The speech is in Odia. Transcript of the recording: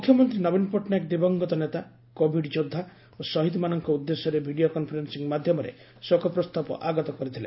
ମୁଖ୍ୟମନ୍ତୀ ନବୀନ ପଟ୍ଟନାୟକ ଦିବଂଗତ ନେତା କୋଭିଡ ଯୋବ୍ଧା ଓ ଶହୀଦମାନଙ୍କ ଉଦ୍ଦେଶ୍ୟରେ ଭିଡିଓ କନ୍ଫରେନ୍ବିଂ ମାଧ୍ଘରେ ଶୋକ ପ୍ରସ୍ତାବ ଆଗତ କରିଥିଲେ